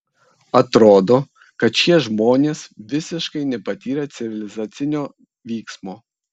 atrodo kad šie žmonės visiškai nepatyrę civilizacinio vyksmo